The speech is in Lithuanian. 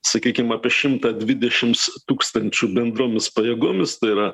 sakykim apie šimtą dvidešims tūkstančių bendromis pajėgomis tai yra